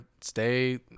stay